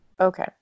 Okay